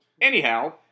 anyhow